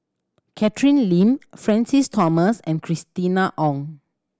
Catherine Lim Francis Thomas and Christina Ong